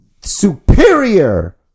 Superior